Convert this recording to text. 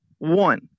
One